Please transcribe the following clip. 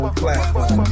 platform